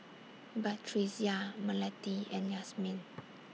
Batrisya Melati and Yasmin